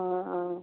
অঁ অঁ